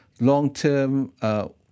long-term